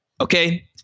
Okay